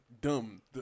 dumb